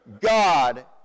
God